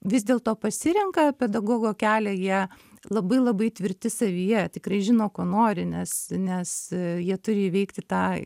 vis dėlto pasirenka pedagogo kelią jie labai labai tvirti savyje tikrai žino ko nori nes nes jie turi įveikti tą